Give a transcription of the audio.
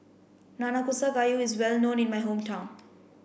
Nanakusa Gayu is well known in my hometown